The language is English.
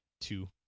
Two